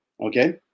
okay